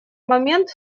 момент